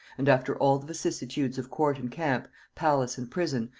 and after all the vicissitudes of court and camp, palace and prison,